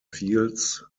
fields